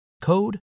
code